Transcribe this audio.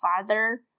father